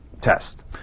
test